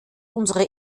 unsere